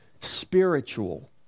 spiritual